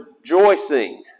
rejoicing